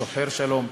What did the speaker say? שוחר שלום,